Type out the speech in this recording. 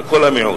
על כל המיעוט,